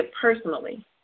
personally